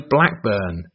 Blackburn